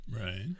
Right